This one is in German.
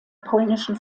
polnischen